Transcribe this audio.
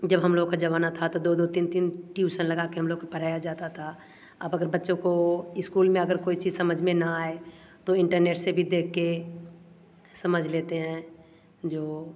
जब हम लोगों का जवाना था तो दो दो तीन तीन ट्यूसन लगा कर हम लोग को पढ़ाया जाता था अब अगर बच्चो को इस्कूल में अगर कोई चीज़ समझ में ना आए तो इंटरनेट से भी देख के समझ लेते हैं जो